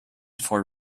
four